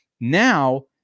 Now